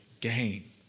game